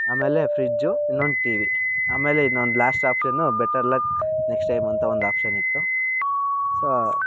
ಆಮೇಲೆ ಫ್ರಿಜ್ಜು ಇನ್ನೊಂದು T V ಆಮೇಲೆ ಇನ್ನೊಂದು last option better luck next time ಅಂತ ಒಂದು ಆಪ್ಷನ್ ಇತ್ತು ಸೊ